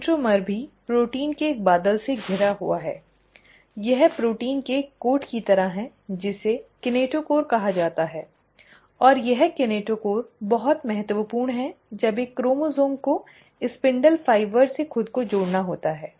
centromere भी protein के एक बादल से घिरा हुआ है यह प्रोटीन के एक कोट की तरह है जिसे किनेटोचोर कहा जाता है और यह किनेटोकोर बहुत महत्वपूर्ण है जब एक क्रोमोसोम को स्पिंडल फाइबर से खुद को जोड़ना होता है